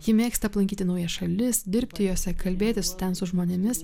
ji mėgsta aplankyti naujas šalis dirbti jose kalbėtis ten su žmonėmis